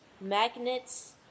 magnets